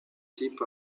type